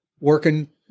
working